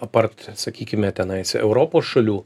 apart sakykime tenais europos šalių